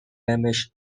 damage